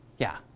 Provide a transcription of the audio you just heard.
yeah?